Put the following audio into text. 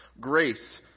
Grace